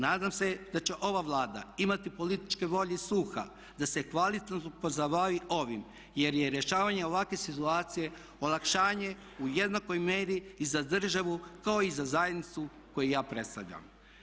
Nadam se da će ova Vlada imati političke volje i sluha da se kvalitetno pozabavi ovim jer je rješavanje ovakve situacije olakšanje u jednakoj mjeri i za državu kao i za zajednicu koju ja predstavljam.